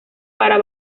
para